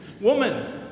Woman